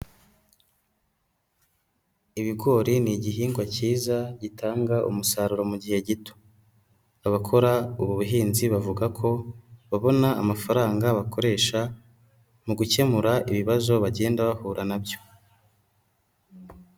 Ibigori ni igihingwa cyiza gitanga umusaruro mu gihe gito. Abakora ubu buhinzi bavuga ko babona amafaranga bakoresha, mu gukemura ibibazo bagenda bahura na byo.